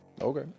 Okay